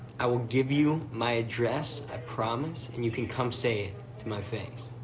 i will give you my address, i promise, and you can come say it to my face.